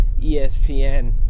ESPN